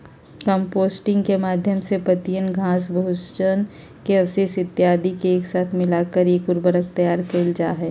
composting के माध्यम से पत्तियन, घास, भोजन के अवशेष इत्यादि के एक साथ मिलाकर एक उर्वरक तैयार कइल जाहई